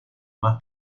más